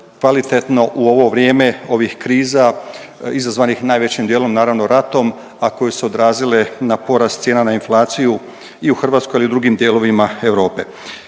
kvalitetno u ovo vrijeme ovih kriza izazvanih najvećim dijelom naravno ratom, a koje su se odrazile na porast cijena na inflaciju i u Hrvatskoj ali i u drugim dijelovima Europe.